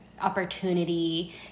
opportunity